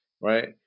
right